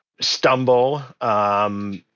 stumble